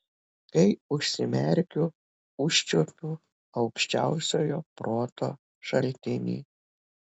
kai užsimerkiu užčiuopiu aukščiausiojo proto šaltinį